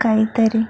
काही तरी